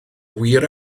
wir